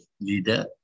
leader